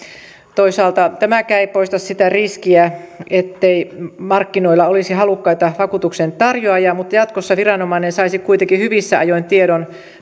toisaalta tämäkään ei poista sitä riskiä ettei markkinoilla olisi halukkaita vakuutuksen tarjoajia mutta jatkossa viranomainen saisi kuitenkin hyvissä ajoin tiedon